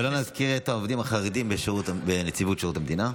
ולא נזכיר את העובדים החרדים בנציבות שירות המדינה.